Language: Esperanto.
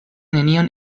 nenion